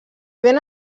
ben